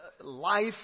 life